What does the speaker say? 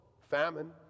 famine